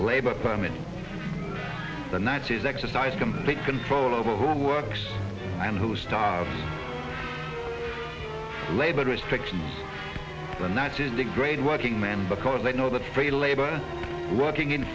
labor permits the nazis exercise complete control over who works and who starts labor restrictions and that is a great working man because they know that free labor working in